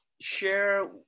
share